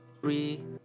three